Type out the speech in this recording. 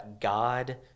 God